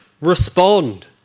respond